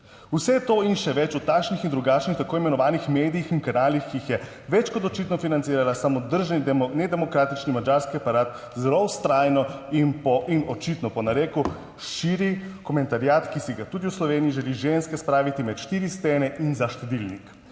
Vse to in še več v takšnih in drugačnih tako imenovanih medijih in kanalih, ki jih je več kot očitno financirala samodržna in nedemokratični madžarski aparat zelo vztrajno in očitno po nareku širi komentariat, ki si ga tudi v Sloveniji želi ženske spraviti med štiri stene in za štedilnik,